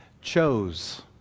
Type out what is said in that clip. chose